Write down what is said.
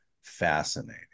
Fascinating